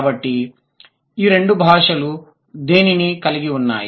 కాబట్టి ఈ రెండు భాషలు దేనిని కలిగి ఉన్నాయి